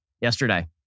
yesterday